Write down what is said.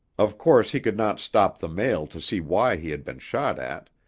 of course he could not stop the mail to see why he had been shot at,